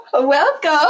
Welcome